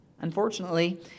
Unfortunately